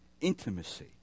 intimacy